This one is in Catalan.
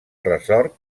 ressort